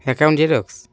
account xerox